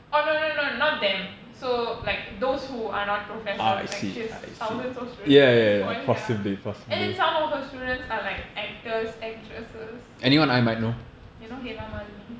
oh no no no not them so like those who are not professor like she has thousands of students at this point ya and then some of her students are like actors actresses you know Hemamalini